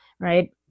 Right